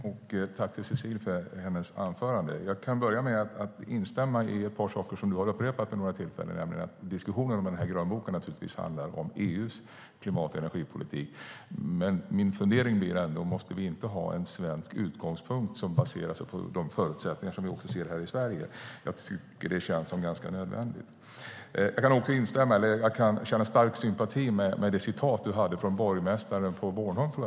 Fru talman! Jag tackar Cecilie Tenfjord-Toftby för hennes anförande. Jag kan börja med att instämma i ett par saker som hon har upprepat vid några tillfällen. Diskussionen om grönboken handlar naturligtvis om EU:s klimat och energipolitik. Min fundering blir ändå: Måste vi inte ha en svensk utgångspunkt, som baserar sig på de förutsättningar vi ser här i Sverige? Det känns nödvändigt. Jag kan också känna stark sympati för det citat som Cecilie hade från borgmästaren på Bornholm.